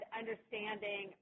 understanding